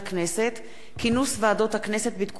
ובדבר כינוס ועדות הכנסת בתקופת פגרת הבחירות.